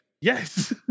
yes